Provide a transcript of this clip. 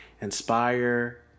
inspire